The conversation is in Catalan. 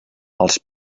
els